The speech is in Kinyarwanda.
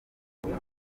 kunoza